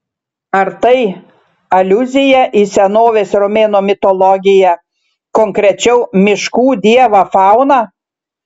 ar tai aliuzija į senovės romėnų mitologiją konkrečiau miškų dievą fauną